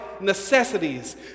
necessities